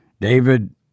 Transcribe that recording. David